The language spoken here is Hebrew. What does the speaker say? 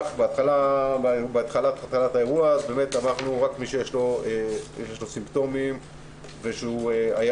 בתחילת האירוע אמרנו: רק מי שיש לו סימפטומים ושהיה